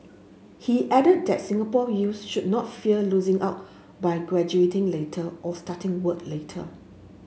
he added that Singapore youths should not fear losing out by graduating later or starting work later